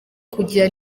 kujya